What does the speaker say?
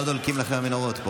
לא נתקבלה.